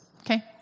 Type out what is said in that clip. okay